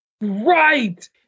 Right